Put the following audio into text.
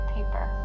Paper